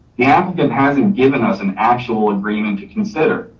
the applicant hasn't given us an actual agreement to consider.